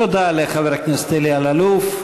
תודה לחבר הכנסת אלי אלאלוף.